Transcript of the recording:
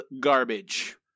garbage